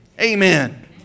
amen